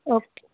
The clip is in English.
okay